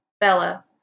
Bella